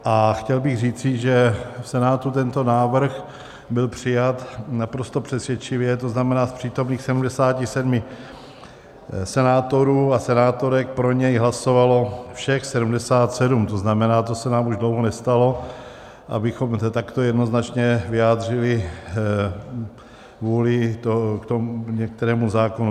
A chtěl bych říci, že v Senátu tento návrh byl přijat naprosto přesvědčivě, to znamená z přítomných 77 senátorů a senátorek pro něj hlasovalo všech 77, to znamená, to se nám už dlouho nestalo, abychom to takto jednoznačně vyjádřili vůli některému zákonu.